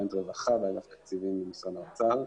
רפרנט רווחה באגף התקציבים במשרד האוצר.